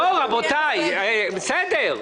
הכול בסדר.